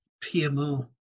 PMO